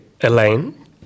Elaine